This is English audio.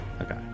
Okay